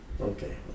Okay